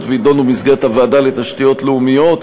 ויידונו במסגרת הוועדה לתשתיות לאומיות.